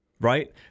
Right